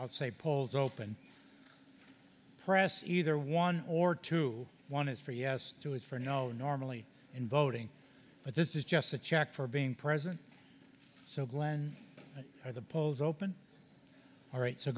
out say polls open press either one or two one is for yes two is for no normally in voting but this is just a check for being president so glenn are the polls open all right so